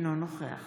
אינו נוכח